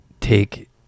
take